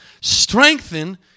strengthen